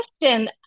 question